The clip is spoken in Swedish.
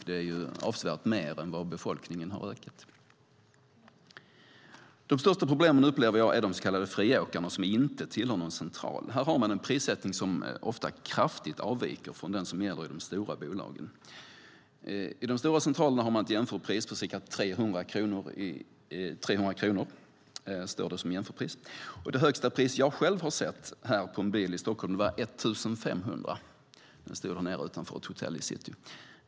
Det är avsevärt mer än vad befolkningen har ökat. De största problemen upplever jag är de så kallade friåkarna, som inte tillhör någon central. De har en prissättning som ofta kraftigt avviker från den som gäller i de stora bolagen. I de stora centralerna har man ett jämförpris på ca 300 kronor. Det högsta pris jag själv har sett på en bil här i Stockholm var 1 500 kronor. Bilen stod här nere utanför ett hotell i city.